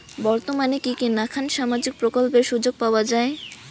বর্তমানে কি কি নাখান সামাজিক প্রকল্পের সুযোগ পাওয়া যায়?